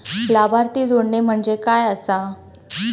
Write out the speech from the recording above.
लाभार्थी जोडणे म्हणजे काय आसा?